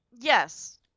yes